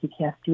PTSD